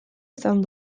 izan